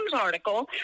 article